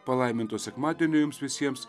palaiminto sekmadienio jums visiems